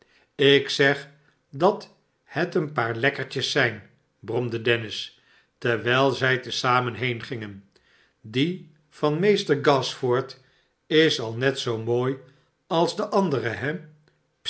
ik zeg dat het een paar lekkertjes zjjn bromde dennis terwijl zij te zamen heengingen die van meester gashford is al net zoo tnooi als de andere he